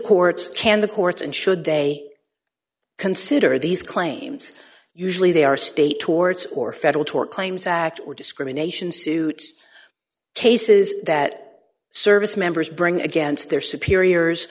the courts and should they consider these claims usually they are state torts or federal tort claims act or discrimination suit cases that service members bring against their superiors